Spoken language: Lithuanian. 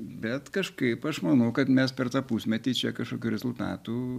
bet kažkaip aš manau kad mes per tą pusmetį čia kažkokių rezultatų